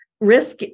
risk